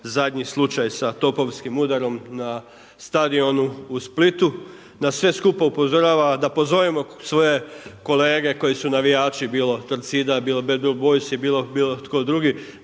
zadnji slučaj sa topovskim udarom na stadionu u Splitu nas sve supa upozorava da pozovemo svoje kolege koji su navijači bilo Torcida, bilo Bad Blue Boysi, bilo tko drugi